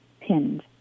pinned